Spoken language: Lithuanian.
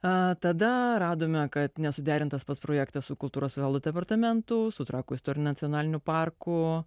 o tada radome kad nesuderintas pats projektas su kultūros paveldo departamentu su trakų istoriniu nacionaliniu parku